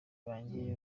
banjye